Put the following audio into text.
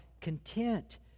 content